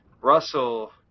russell